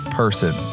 Person